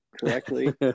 correctly